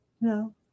No